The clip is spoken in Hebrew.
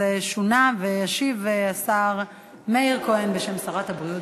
שונה, ישיב השר מאיר כהן, בשם שרת הבריאות.